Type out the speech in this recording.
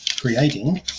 creating